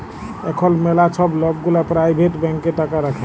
এখল ম্যালা ছব লক গুলা পারাইভেট ব্যাংকে টাকা রাখে